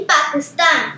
Pakistan